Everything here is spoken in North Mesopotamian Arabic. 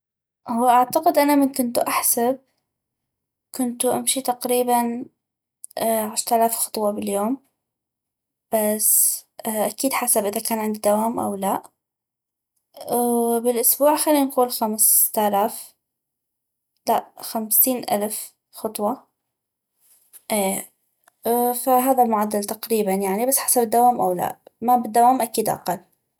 هو اعتقد انا من كنتو احسب كنتو امشي تقريباً عشتالاف خطوة باليوم بس اكيد حسب اذا كان عندي دوام او لا والاسبوع خلي نقول خمستالاف لا خمسين الف خطوة اي فهذا المعدل تقريباً يعني بس حسب الدوام او لا ما بالدوام اكيد اقل